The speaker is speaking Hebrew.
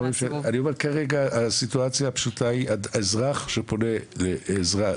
אני אומר כרגע הסיטואציה הפשוטה היא אזרח שפונה לעזרה,